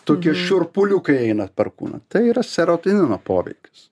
tokie šiurpuliukai einat per kūną tai yra serotonino poveikis